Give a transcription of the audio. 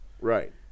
Right